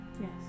yes